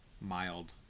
mild